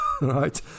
right